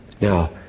Now